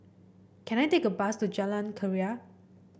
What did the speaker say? can I take a bus to Jalan Keria